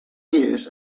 years